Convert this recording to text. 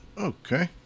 Okay